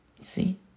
See